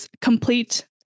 complete